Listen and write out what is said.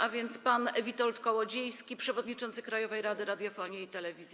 A więc pan Witold Kołodziejski, przewodniczący Krajowej Rady Radiofonii i Telewizji.